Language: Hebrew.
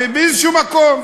באיזה מקום,